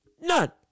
None